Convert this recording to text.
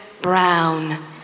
Brown